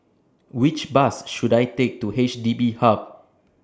Which Bus should I Take to H D B Hub